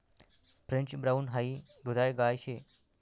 French brown हाई दुधाळ गाय शे